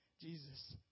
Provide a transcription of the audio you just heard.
Jesus